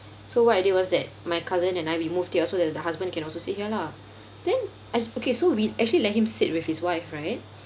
so what I did was that my cousin and I we moved here so that the husband can also sit here lah then I okay so we actually let him sit with his wife right